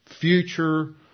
future